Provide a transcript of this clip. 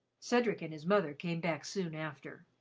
cedric and his mother came back soon after.